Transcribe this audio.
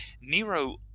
Nero